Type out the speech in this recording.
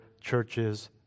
churches